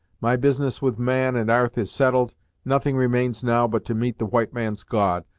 my business with man and arth is settled nothing remains now but to meet the white man's god,